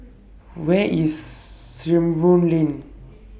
Where IS Sarimbun Lane